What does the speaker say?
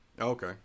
Okay